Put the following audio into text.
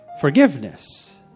forgiveness